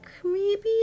creepy